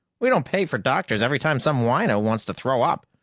we don't pay for doctors every time some wino wants to throw up.